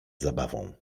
zabawą